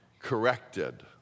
corrected